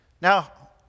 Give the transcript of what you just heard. Now